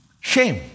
Shame